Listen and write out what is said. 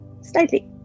slightly